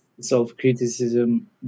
self-criticism